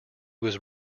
was